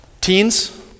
Teens